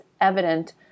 evident